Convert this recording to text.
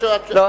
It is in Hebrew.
לא,